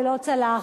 שלא צלח.